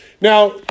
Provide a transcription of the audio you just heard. Now